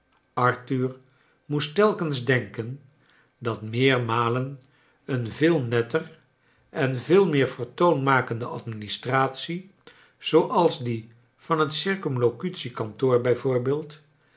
arthur moest telkens denken dat meermalen een veel netter en veel meer vertoon makende administratie zooals die van het circumlocutie kantoor